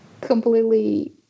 completely